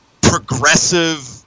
progressive